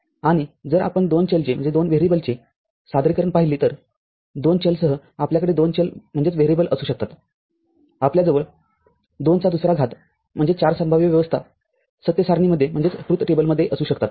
आणि जर आपण दोन चलचे सादरीकरण पाहिले तर दोन चलसह आपल्याकडे दोन चल असू शकतात आपल्या जवळ २चा २ रा घात म्हणजे ४ संभाव्य व्यवस्था सत्य सारणीमध्ये असू शकतात